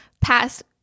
past